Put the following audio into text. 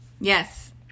yes